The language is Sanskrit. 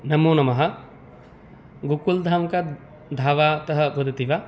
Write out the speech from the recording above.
नमो नमः गोकुलधामकाधावातः वदति वा